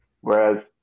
Whereas